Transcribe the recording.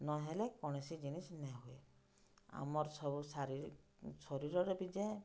ନହେଲେ କୌଣସି ଜିନିଷ୍ ନାଏହୁଏ ଆମର୍ ସବୁ ଶରୀରରେ ବି ଯାଏ